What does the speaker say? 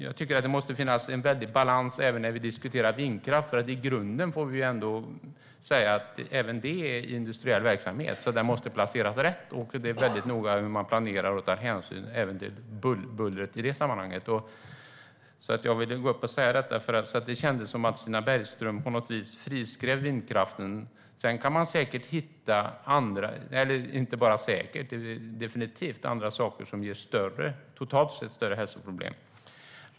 Jag tycker att det måste finnas en balans även när vi diskuterar vindkraft, för i grunden får vi ändå säga att det är industriell verksamhet. Den måste placeras rätt, och det är väldigt noga hur man planerar och tar hänsyn till bullret i det sammanhanget. Jag ville gå upp och säga detta, för det kändes som att Stina Bergström på något vis friskrev vindkraften. Sedan kan man definitivt hitta andra saker som totalt sett ger större hälsoproblem.